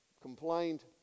complained